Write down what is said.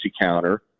counter